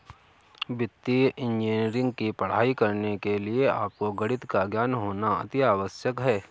वित्तीय इंजीनियरिंग की पढ़ाई करने के लिए आपको गणित का ज्ञान होना अति आवश्यक है